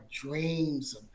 dreams